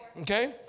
Okay